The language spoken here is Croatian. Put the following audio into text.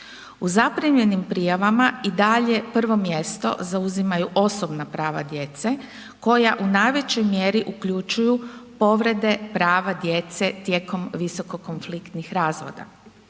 U zaprimljenim prijavama i dalje prvo mjesto zauzimaju osobna prava djece koja u najvećoj mjeri uključuju povrede prava djece tijekom visoko konfliktnih razvoda.